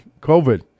COVID